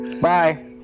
Bye